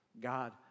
God